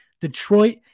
Detroit